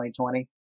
2020